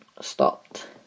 stopped